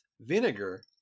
vinegar